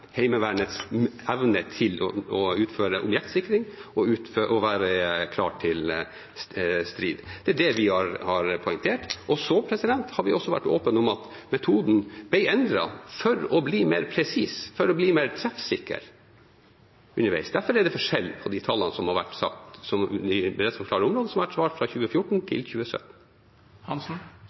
Heimevernets evne til å utføre objektsikring og være klar til strid. Det er det vi har poengtert. Vi har vært åpne om at metoden ble endret underveis for å bli mer presis, for å bli mer treffsikker. Derfor er det forskjell på tallene om de beredskapsklare områdene som det er gitt svar om fra 2014 til 2017.